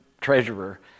treasurer